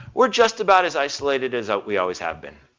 we're just about as isolated as we always have been.